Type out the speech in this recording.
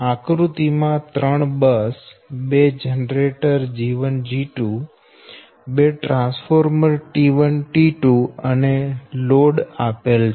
આકૃતિ માં ત્રણ બસ બે જનરેટર G1 G2 અને બે ટ્રાન્સફોર્મર T1 T2 અને એક લોડ આપેલ છે